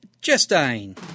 Justine